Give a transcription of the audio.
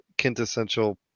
quintessential